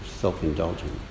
self-indulgent